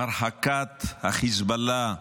הרחקת החיזבאללה.